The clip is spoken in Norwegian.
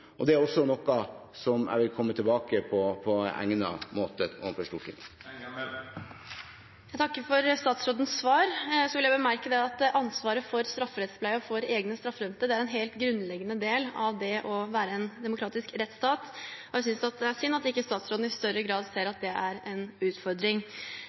og det er noe jeg vil komme tilbake til på egnet måte overfor Stortinget. Jeg takker for statsrådens svar. Jeg vil bemerke at ansvaret for strafferettspleie og for egne straffedømte er en helt grunnleggende del av det å være en demokratisk rettsstat. Jeg synes det er synd at ikke statsråden i større grad ser at det er en utfordring.